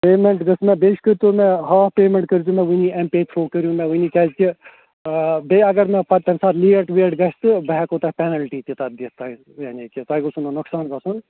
payment گٔژھ مےٚ بیٚیہِ کٕرۍتَو مےٚ ہاف پیمیٚنٹ کُرۍزیو مےٚ ؤنی ایم پے تھروٗ کٔرِو مےٚ وٕنی کیازِ کہِ آ بیٚیہِ اگر مےٚ پتہٕ تَمۍ ساتہٕ لیٹ ویٹ گَژھِ تہٕ بہٕ ہیٚکَو تۄہہِ پیٚنَلٹی تہِ تتھ دِتھ تۄہہِ یعنی کہِ تۄہہِ گوٚژھو نہٕ نۄقصان گَژھُن